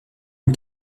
une